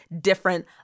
different